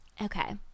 okay